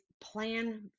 plan